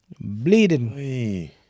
Bleeding